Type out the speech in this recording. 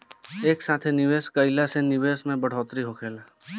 एक साथे निवेश कईला से निवेश में बढ़ोतरी होखेला